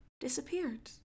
disappeared